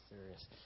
serious